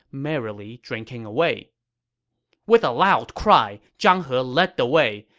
merrily drinking away with a loud cry, zhang he led the way.